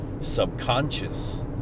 subconscious